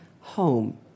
Home